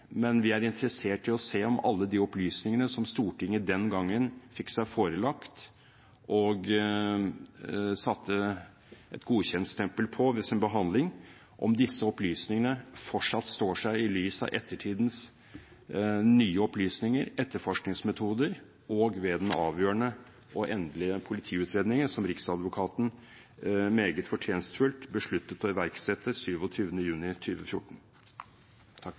men vi er interessert i å se om alle de opplysningene som Stortinget den gangen fikk seg forelagt og satte et godkjentstempel på i sin behandling, fortsatt står seg i lys av ettertidens nye opplysninger og etterforskningsmetoder og ved den avgjørende og endelige politiutredningen som Riksadvokaten meget fortjenstfullt besluttet å iverksette 27. juni